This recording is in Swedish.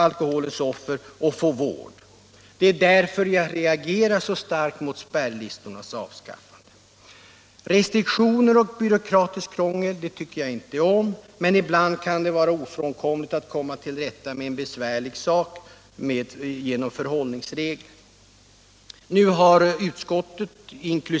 alkoholens offer att få vård. Det är därför jag reagerar så starkt mot spärrlistornas avskaffande. Restriktioner och byråkratiskt krångel tycker jag illa om, men ibland kan det vara ofrånkomligt att komma till rätta med en besvärlig sak genom förhållningsregler. Nu har utskottet inkl.